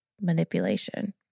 Manipulation